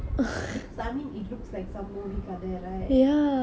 exactly lah then ah so annoying